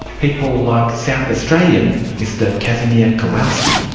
people like south australian mr kazimir kowalski.